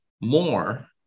more